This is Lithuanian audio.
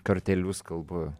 kartelius kalbu